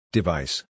Device